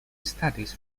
studies